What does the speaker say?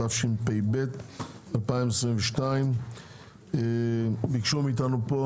התשפ"ב 2022. ביקשו מאיתנו פה